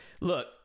look